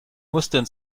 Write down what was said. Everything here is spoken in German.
mustern